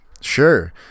Sure